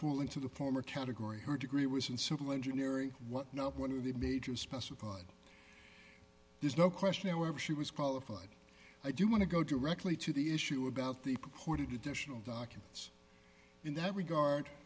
fall into the former category her degree was in civil engineering what not one of the majors specified there's no question however she was qualified i do want to go directly to the issue about the recorded additional documents in that regard